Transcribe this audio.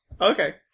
okay